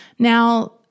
Now